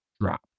drop